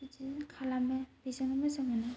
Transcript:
बिदिनो खालामो बेजोंनो मोजां मोनो